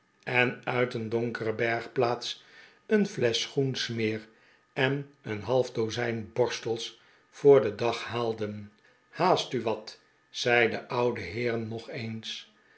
en uit een donkere bergplaats een flesch schoensmeer en een half dozijn borstels voor den dag haalden haast u wat zei de oude heer nog eens